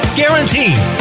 guaranteed